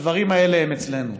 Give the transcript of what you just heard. הדברים האלה הם אצלנו.